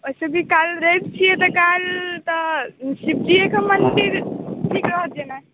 चुकि काल्हि रवि छियै तऽ शिव जी के मन्दिर ठीक रहत जेना